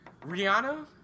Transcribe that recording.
Rihanna